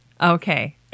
Okay